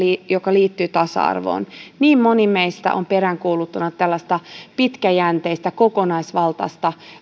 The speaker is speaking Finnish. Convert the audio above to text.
joka liittyy tasa arvoon moni meistä on peräänkuuluttanut tällaista pitkäjänteistä kokonaisvaltaista